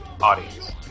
audience